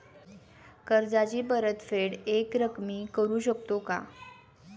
कर्जाची परतफेड एकरकमी करू शकतो का?